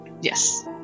Yes